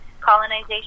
colonization